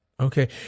Okay